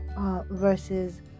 versus